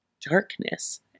darkness